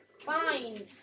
Fine